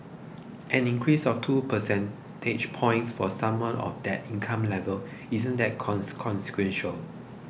an increase of two percentage points for someone of that income level isn't that consequential